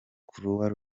croix